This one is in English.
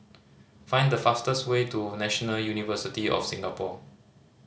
find the fastest way to National University of Singapore